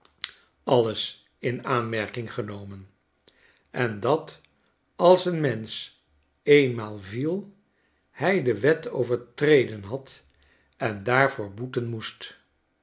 alles in aanmerkinggenomen en dat als een mensch eenmaal viel hij de wet overtreden had en daarvoor boeten moest